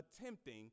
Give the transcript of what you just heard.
attempting